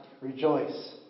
Rejoice